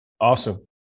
Awesome